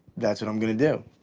that's what i'm gonna do.